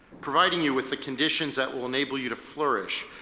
providing you with the conditions that will enable you to flourish,